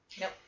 Nope